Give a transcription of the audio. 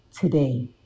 today